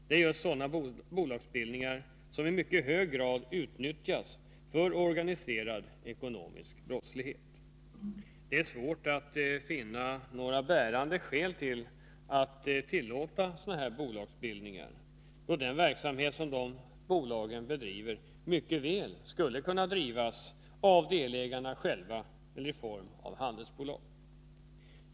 Det är just sådana bolagsbildningar som i mycket hög grad utnyttjas för organiserad ekonomisk brottslighet. Det är svårt att finna några bärande skäl för att tillåta sådana bolagsbildningar, då den verksamhet som dessa bolag bedriver mycket väl skulle kunna drivas av delägarna själva eller i form av handelsbolag.